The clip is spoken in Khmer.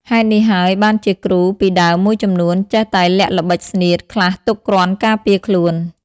ហេតុនេះហើយបានជាគ្រូពីដើមមួយចំនួន ចេះតែលាក់ល្បិចស្នៀតខ្លះទុកគ្រាន់ការពារខ្លួន ។